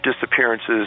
disappearances